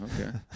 Okay